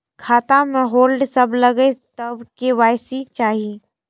खाता में होल्ड सब लगे तब के.वाई.सी चाहि?